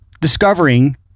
discovering